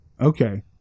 Okay